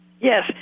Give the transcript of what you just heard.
Yes